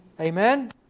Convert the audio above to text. Amen